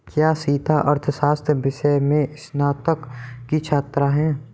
क्या सीता अर्थशास्त्र विषय में स्नातक की छात्रा है?